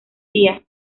día